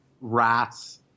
rats